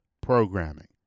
programming